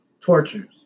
tortures